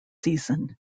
season